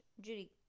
Judy